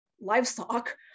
livestock